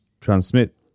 transmit